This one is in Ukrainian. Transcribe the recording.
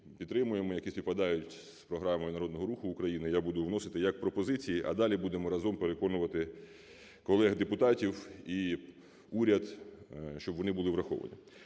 які співпадають з програмою Народного Руху України, я буду вносити як пропозиції. А далі будемо разом переконувати колег-депутатів і уряд, щоб вони були враховані.